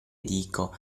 dico